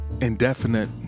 indefinite